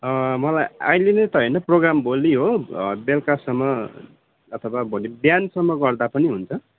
मलाई अहिलेनै त होइन प्रोग्राम भोलि हो बेलुकासम्म अथवा भोलि बिहानसम्म गर्दा पनि हुन्छ